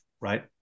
right